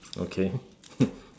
okay